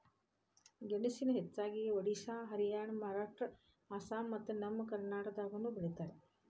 ಗೆಣಸನ ಹೆಚ್ಚಾಗಿ ಒಡಿಶಾ ಹರಿಯಾಣ ಮಹಾರಾಷ್ಟ್ರ ಅಸ್ಸಾಂ ಮತ್ತ ನಮ್ಮ ಕರ್ನಾಟಕದಾಗನು ಬೆಳಿತಾರ